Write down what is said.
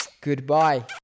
goodbye